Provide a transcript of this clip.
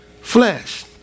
flesh